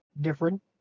different